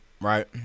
right